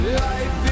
life